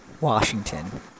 Washington